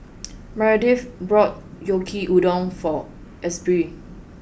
Meredith brought Yaki udon for Asbury